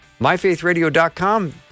MyFaithRadio.com